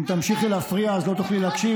בושה, אם תמשיכי להפריע, אז לא תוכלי להקשיב